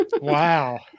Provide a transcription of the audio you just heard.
Wow